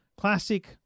classic